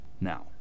Now